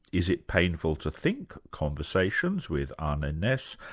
is it painful to think? conversations with arne ah naess,